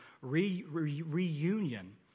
reunion